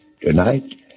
tonight